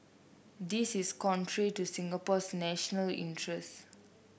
this is contrary to Singapore's national interests